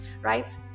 right